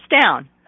down